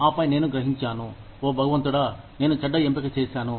ఆపై నేను గ్రహించాను ఓ భగవంతుడా నేను చెడ్డ ఎంపిక చేశాను